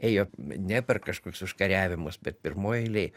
ėjo ne per kažkokius užkariavimus bet pirmoj eilėj